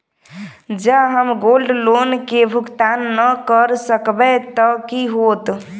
जँ हम gold loan केँ भुगतान न करऽ सकबै तऽ की होत?